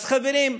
אז חברים,